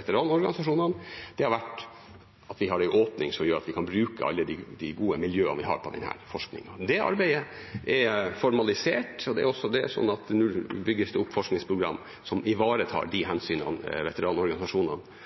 veteranorganisasjonene har vært at vi har en åpning som gjør at vi kan bruke alle de gode miljøene vi har på denne forskningen. Det arbeidet er formalisert, og det bygges nå opp forskningsprogram som ivaretar de hensynene og ønskene veteranorganisasjonene